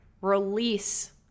release